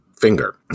finger